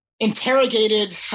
Interrogated